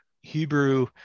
hebrew